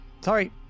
sorry